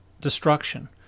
destruction